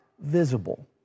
visible